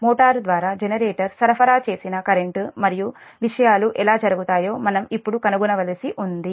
motor ద్వారా generator సరఫరా చేసిన కరెంట్ మరియు విషయాలు ఎలా జరుగుతాయో మనం ఇప్పుడు కనుగొనవలసి ఉంది